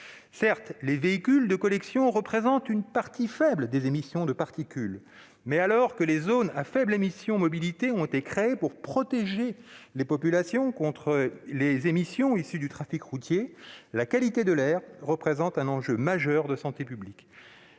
Certes, les véhicules de collection représentent une faible part des émissions de particules, mais, alors que les zones à faibles émissions mobilité (ZFEM) ont été créées pour protéger les populations contre la pollution issue du trafic routier, la qualité de l'air représente un enjeu majeur de santé publique.